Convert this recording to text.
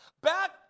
back